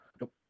Nope